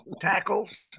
tackles